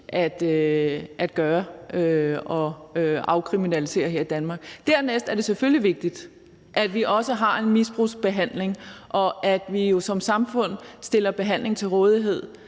altså at afkriminalisere det her i Danmark. Dernæst er det selvfølgelig vigtigt, at vi også har en misbrugsbehandling, og at vi jo som samfund stiller behandling til rådighed